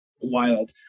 wild